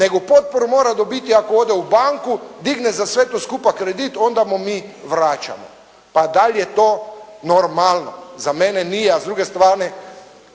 nego potporu mora dobiti ako ode u banku, digne za sve to skupa kredit onda mu mi vraćamo. Pa da li je to normalno? Za mene nije, s druge strane